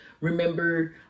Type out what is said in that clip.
remember